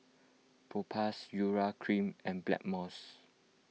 Propass Urea Cream and Blackmores